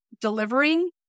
delivering